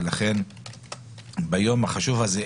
לכן ביום החשוב הזה,